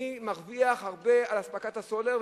מי מרוויח על אספקת הסולר.